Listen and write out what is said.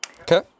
Okay